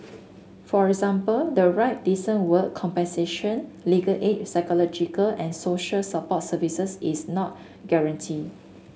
for example the right decent work compensation legal aid psychological and social support services is not guaranteed